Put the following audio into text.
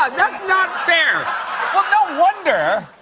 um that's not fair! well, no wonder!